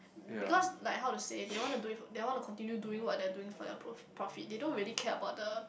because like how to say they want to do it they want to continue doing what their doing for their prof~ profit they don't really care about the